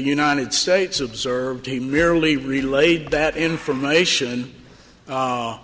united states observed he merely relayed that information in